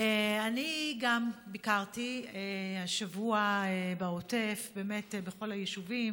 אני גם ביקרתי השבוע בעוטף בכל היישובים